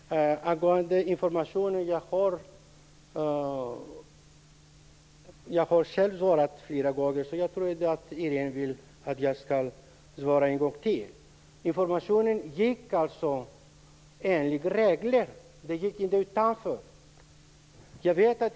Fru talman! Angående informationen har jag svarat på frågan flera gånger, men Inger René vill att jag skall göra det en gång till. Informationen gick ut enligt reglerna, inte utanför regelverket.